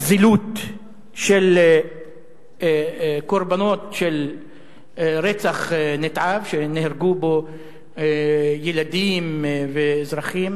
זילות של קורבנות של רצח נתעב שנהרגו בו ילדים ואזרחים,